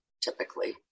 typically